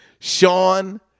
Sean